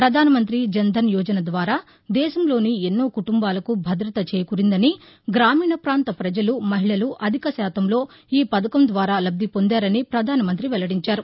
ప్రధానమంత్రి జన్ధన్ యోజన ద్వారా దేశంలోని ఎన్నో కుటుంబాలకు భద్రత చేకూరిందని గ్రామీణ ప్రాంత ప్రజలు మహిళలు అధిక శాతంలో ఈ పథకం ద్వారా లబ్ది పొందారని పధానమంత్రి వెల్లడించారు